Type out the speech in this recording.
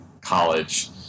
college